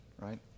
right